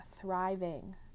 thriving